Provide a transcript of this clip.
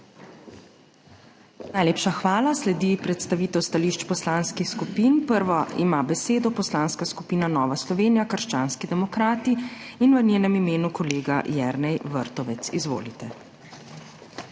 Najlepša hvala. Sledi predstavitev stališč poslanskih skupin. Prva ima besedo Poslanska skupina Nova Slovenija – krščanski demokrati in v njenem imenu kolega Jernej Vrtovec. Izvolite.